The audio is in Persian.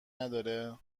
نداره